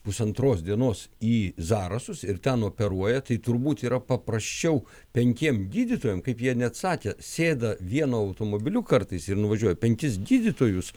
pusantros dienos į zarasus ir ten operuoja tai turbūt yra paprasčiau penkiem gydytojam kaip jie net sakė sėda vienu automobiliu kartais ir nuvažiuoja penkis gydytojus